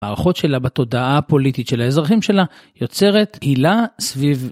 הערכות שלה בתודעה הפוליטית של האזרחים שלה יוצרת עילה סביב.